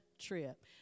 trip